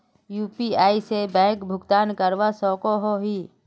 UPI से bank भुगतान करवा सकोहो ही?